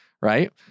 Right